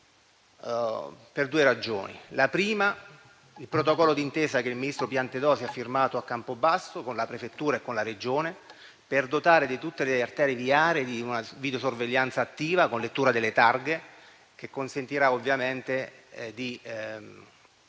delle quali attiene al protocollo d'intesa che il ministro Piantedosi ha firmato a Campobasso con la prefettura e con la Regione, per dotare tutte le arterie viarie di videosorveglianza attiva con lettura delle targhe. Ciò consentirà, ovviamente, di